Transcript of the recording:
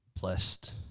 blessed